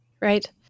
Right